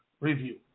review